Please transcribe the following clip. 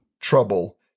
trouble